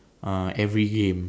uh every game